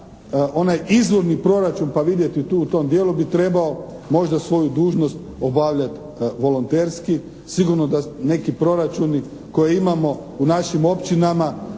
onaj izvorni proračun pa vidjeti tu, u tom dijelu bi trebao možda svoju dužnost obavljati volonterski. Sigurno da neki proračuni koje imamo u našim općinama